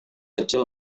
kecil